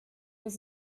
was